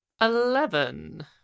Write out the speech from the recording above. Eleven